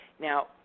Now